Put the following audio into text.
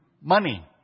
money